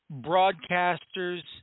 broadcasters